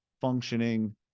functioning